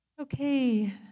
Okay